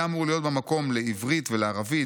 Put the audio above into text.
היה אמור להיות בה מקום לעברית ולערבית,